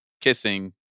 kissing